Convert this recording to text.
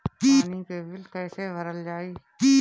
पानी के बिल कैसे भरल जाइ?